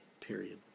Period